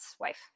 wife